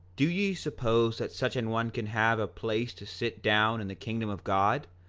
do ye suppose that such an one can have a place to sit down in the kingdom of god,